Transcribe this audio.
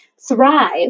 thrive